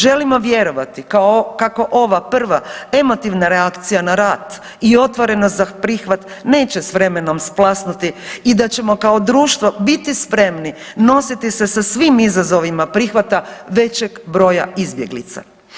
Želimo vjerovati kao, kako ova prva emotivna reakcija na rat i otvorenost za prihvat neće s vremenom splasnuti i da ćemo kao društvo biti spremni nositi se sa svim izazovima prihvata većeg broja izbjeglica.